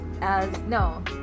no